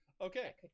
okay